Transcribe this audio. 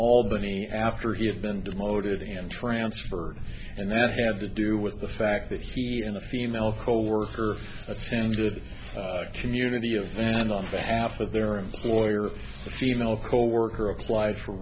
albany after he had been demoted and transferred and then have to do with the fact that he and a female coworker attended the community event on behalf of their employer female coworker apply for